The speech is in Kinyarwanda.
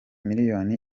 miliyoni